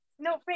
No